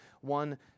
one